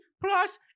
plus